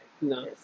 No